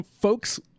folks